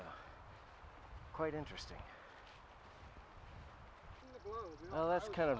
quite interesting well that's kind of